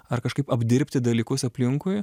ar kažkaip apdirbti dalykus aplinkui